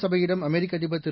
சபையிடம் அமெரிக்கஅதிபர்திரு